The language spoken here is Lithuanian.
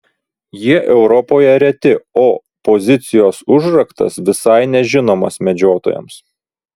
jie europoje reti o pozicijos užraktas visai nežinomas medžiotojams